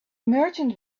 merchant